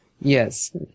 Yes